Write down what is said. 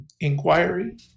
inquiry